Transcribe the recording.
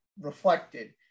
reflected